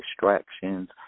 distractions